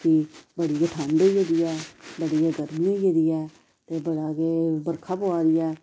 कि बड़ी के ठंड होई गेदी ऐ बड़ी के गर्मी होई गेदी ऐ ते बड़ा के बरखा पौआ दी ऐ